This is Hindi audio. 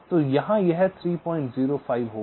तो यहाँ यह 305 होगा